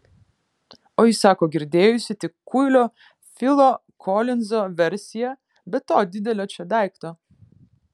o ji sako girdėjusi tik kuilio filo kolinzo versiją be to didelio čia daikto